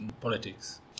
politics